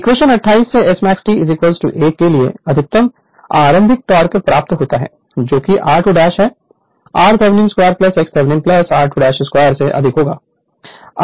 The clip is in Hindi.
Refer Slide Time 2605 इक्वेशन 28 से Smax T 1 के लिए अधिकतम आरंभिक टॉर्क प्राप्त होता है जो कि r2 हैr Thevenin 2 x Thevenin x 2 2 से अधिक होगा